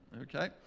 okay